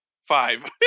five